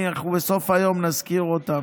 אנחנו בסוף היום נזכיר אותם.